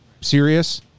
serious